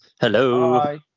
Hello